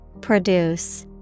Produce